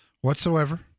whatsoever